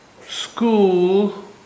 school